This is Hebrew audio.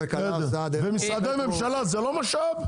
ומשרדי ממשלה זה לא משאב?